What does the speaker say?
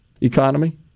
economy